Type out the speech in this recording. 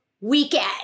weekend